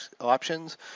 options